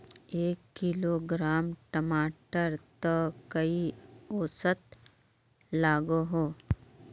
एक किलोग्राम टमाटर त कई औसत लागोहो?